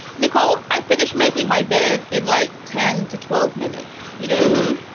nickel i finished making my bed in like ten to twelve minutes, you know,